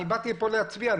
אני באתי לפה להצביע.